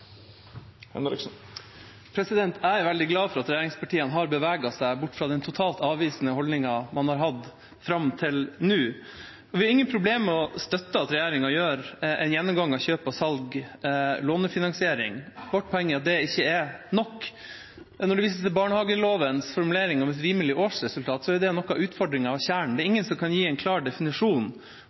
Jeg er veldig glad for at regjeringspartiene har beveget seg bort fra den totalt avvisende holdningen man har hatt fram til nå. Vi har ingen problem med å støtte at regjeringa foretar en gjennomgang av kjøp, salg og lånefinansiering. Vårt poeng er at det ikke er nok. Når det vises til barnehagelovens formulering om et rimelig årsresultat, er det noe av utfordringen og kjernen i saken: Det er ingen som kan gi en klar definisjon